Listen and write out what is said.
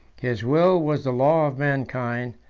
his will was the law of mankind,